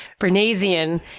Bernaysian